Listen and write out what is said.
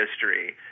history